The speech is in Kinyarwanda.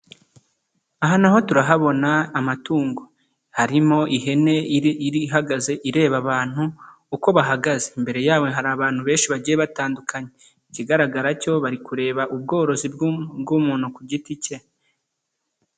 Aha naho turahabona amatungo harimo ihene iri ihagaze ireba abantu uko bahagaze, imbere yabo hari abantu benshi bagiye batandukanye, ikigaragara cyo bari kureba ubworozi bw'umuntu ku giti cye.